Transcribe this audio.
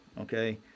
Okay